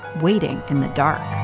waiting in the dark.